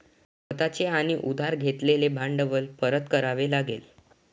स्वतः चे आणि उधार घेतलेले भांडवल परत करावे लागेल